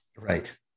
right